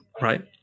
Right